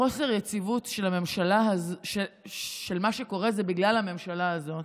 חוסר היציבות קורה בגלל הממשלה הזאת.